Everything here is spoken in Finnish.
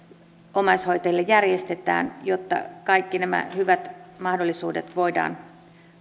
omaishoitajille järjestetään jotta kaikki nämä hyvät mahdollisuudet voidaan